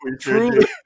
truly